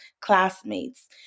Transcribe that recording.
classmates